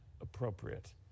appropriate